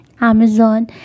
Amazon